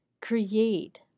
create